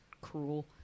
cruel